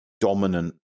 dominant